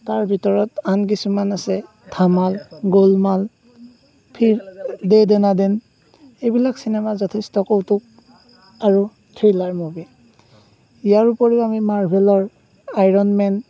তাৰ ভিতৰত আন কিছুমান আছে ধামাল গোলমাল ফিৰ দে ডনা দেন থ্ৰিলাৰ মুভি ইয়াৰ উপৰিও আইৰণ মেন